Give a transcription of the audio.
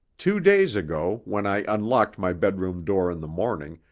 two days ago, when i unlocked my bedroom door in the morning,